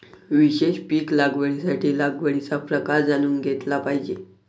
विशेष पीक लागवडीसाठी लागवडीचा प्रकार जाणून घेतला पाहिजे